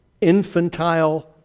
infantile